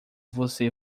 você